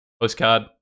postcard